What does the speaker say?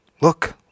look